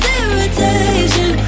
irritation